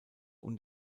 und